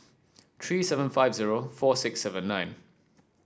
three seven five zero four six seven nine